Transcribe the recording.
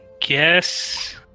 guess